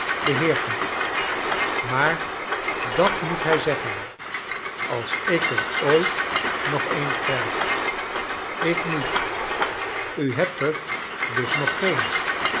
beheerd heb maar dat moet hij zeggen als ik er ooit nog een krijg ik niet u hebt er dus nog geen